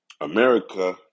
America